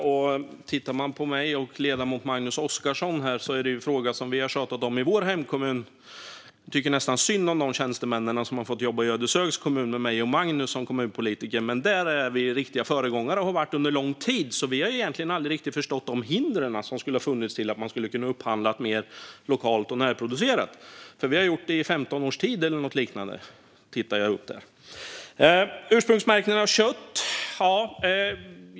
Både jag och ledamoten Magnus Oscarsson har tjatat om den frågan i vår hemkommun; jag tycker nästan synd om de tjänstemän i Ödeshögs kommun som har fått jobba med mig och Magnus som kommunpolitiker. Där är vi riktiga föregångare och har varit det under lång tid, så vi har egentligen aldrig riktigt förstått de hinder som ska ha funnits för att upphandla mer lokalt och närproducerat. Vi har nämligen gjort det i 15 års tid eller något liknande - jag tittar frågande på Magnus Oscarsson.